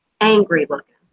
Angry-looking